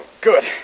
Good